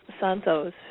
santos